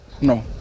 no